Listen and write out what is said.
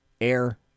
air